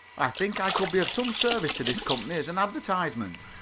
i think i could be of some service to this company as an advertisement.